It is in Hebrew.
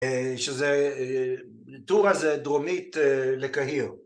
שזה טור הזה, דרומית לקהיר.